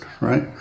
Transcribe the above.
right